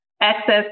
access